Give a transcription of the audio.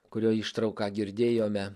kurio ištrauką girdėjome